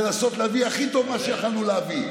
לנסות להביא הכי טוב שיכולנו להביא.